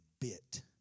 bit